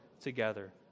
together